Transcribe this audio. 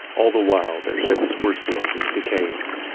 all the while their ships were slowly decaying.